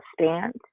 stand